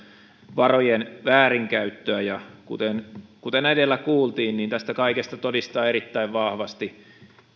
varojen väärinkäyttöä kuten kuten edellä kuultiin tästä kaikesta todistaa erittäin vahvasti